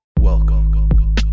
Welcome